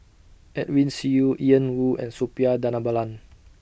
Edwin Siew Ian Woo and Suppiah Dhanabalan